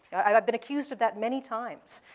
i've i've been accused of that many times.